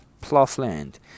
ploughland